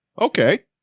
Okay